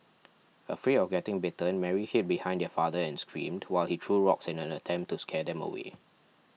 afraid of getting bitten Mary hid behind her father and screamed while he threw rocks in an attempt to scare them away